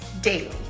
daily